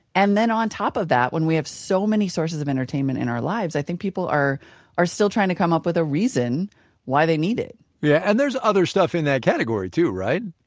and then on top of that, when we have so many sources of entertainment in our lives, i think people are still trying to come up with a reason why they need it yeah, and there's other stuff in that category too, right?